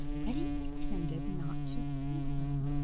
reddy pretended not to see him.